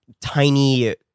tiny